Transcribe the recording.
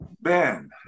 Ben